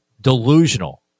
delusional